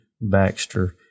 Baxter